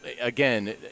again